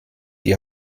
die